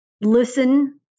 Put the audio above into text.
listen